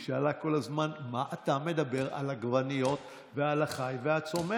היא שאלה כל הזמן: מה אתה מדבר על עגבניות ועל החי והצומח?